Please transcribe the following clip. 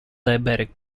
diabetic